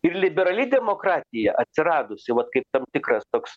ir liberali demokratija atsiradusi vat kaip tam tikras toks